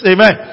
Amen